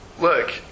Look